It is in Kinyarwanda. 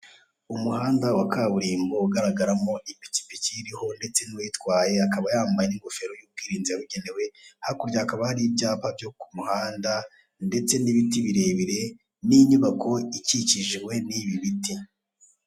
Umuhanda wa kaburimbo, ugaragaramo ipikipiki iriho ndetse n'uyitwaye, akaba yambaye n'ingofero y'ubwirinzi yabugenewe, hakurya hakaba hari ibyapa byo ku muhanda, ndetse n'ibiti birebire, n'inyubako ikikijwe n'ibi biti.